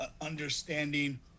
understanding